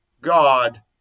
God